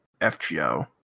FGO